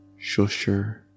Shusher